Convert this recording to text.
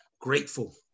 Grateful